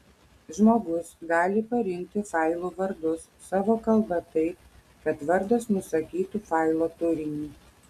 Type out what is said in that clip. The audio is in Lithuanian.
žmogus gali parinkti failų vardus savo kalba taip kad vardas nusakytų failo turinį